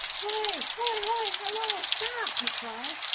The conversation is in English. hoy, hoy, hoy! halloo! stop! he cried.